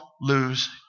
lose